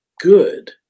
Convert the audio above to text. good